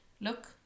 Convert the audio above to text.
look